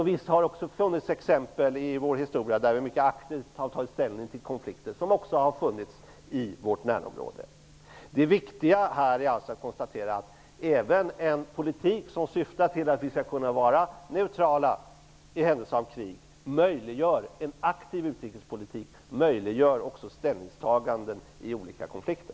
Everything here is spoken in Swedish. Visst har det alltså funnits exempel i vår historia på att vi mycket aktivt har tagit ställning till konflikter också i vårt närområde. Det viktiga här är alltså att konstatera att även en politik som syftar till att vi skall kunna vara neutrala i händelse av krig möjliggör en aktiv utrikespolitik och ställningstaganden i fråga om olika konflikter.